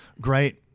Great